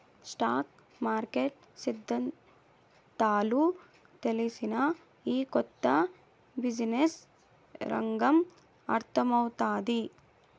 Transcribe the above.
stock market సిద్దాంతాలు తెల్సినా, ఈ కొత్త బిజినెస్ రంగం అర్థమౌతాది